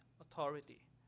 authority